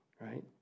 right